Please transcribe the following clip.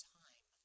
time